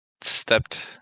stepped